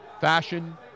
Fashion